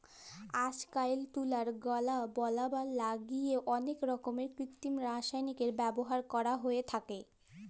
আইজকাইল তুলার গলা বলাবার ল্যাইগে অলেক রকমের কিত্তিম রাসায়লিকের ব্যাভার ক্যরা হ্যঁয়ে থ্যাকে